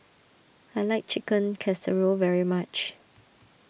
I like Chicken Casserole very much